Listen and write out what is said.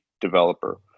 developer